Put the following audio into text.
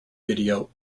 video